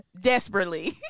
desperately